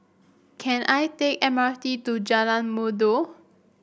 can I take M R T to Jalan Merdu